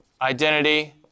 identity